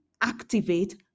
activate